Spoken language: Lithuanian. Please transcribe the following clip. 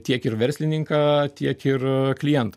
tiek ir verslininką tiek ir klientą